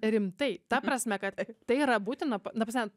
rimtai ta prasme kad tai yra būtina ta prasme